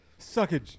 Suckage